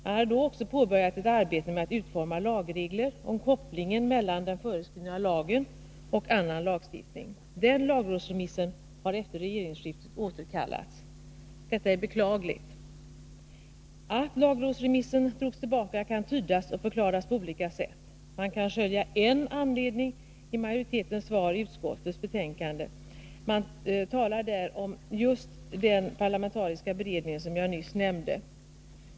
Man hade då också påbörjat ett arbete med att utforma lagregler om kopplingen mellan den föreslagna lagen och annan lagstiftning. Den lagrådsremissen har efter regeringsskiftet återkallats. Detta är beklagligt. Att lagrådsremissen drogs tillbaka kan tydas och förklaras på olika sätt. Man kan skönja en anledning i majoritetens skrivning i utskottsbetänkandet. Man talar där om just den parlamentariska beredning som jag nyss nämnde.